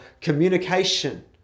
communication